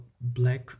black